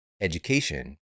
education